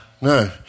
no